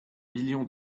million